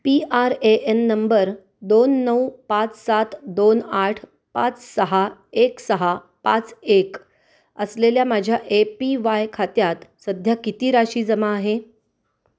P R A N number दोन नऊ पाच सात दोन आठ पाच सहा एक सहा पाच एक असलेल्या माझ्या ए पी वाय खात्यात सध्या किती राशी जमा आहे